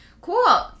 Cool